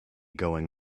going